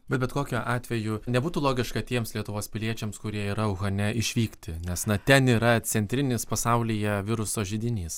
bet bet kokiu atveju nebūtų logiška tiems lietuvos piliečiams kurie yra uhane išvykti nes na ten yra centrinis pasaulyje viruso židinys